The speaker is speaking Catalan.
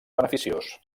beneficiós